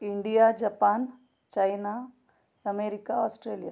India Japan China America Australia